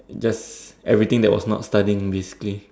just everything that was not studying basically